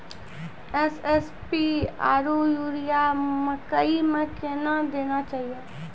SSP आरु urea मकई मे कितना देना चाहिए?